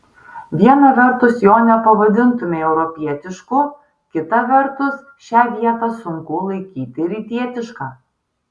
viena vertus jo nepavadintumei europietišku kita vertus šią vietą sunku laikyti rytietiška